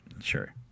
sure